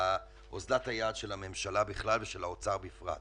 לאוזלת היד של הממשלה בכלל ושל האוצר בפרט.